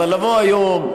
אבל לבוא היום,